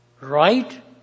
right